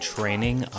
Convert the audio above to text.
Training